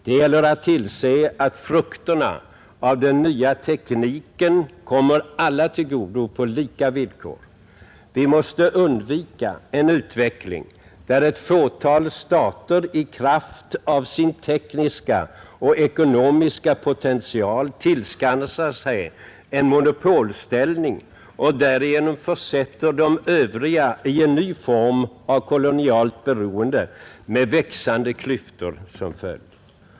Det gäller att tillse att frukterna av den nya tekniken kommer alla till godo på lika villkor. Vi måste undvika en utveckling där ett fåtal stater i kraft av sin tekniska och ekonomiska potential tillskansar sig en monopolställning och härigenom försätter de övriga i en ny form av kolonialt beroende med växande klyftor som följd.